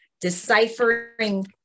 deciphering